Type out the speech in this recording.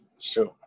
Sure